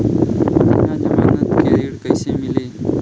बिना जमानत के ऋण कैसे मिली?